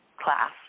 class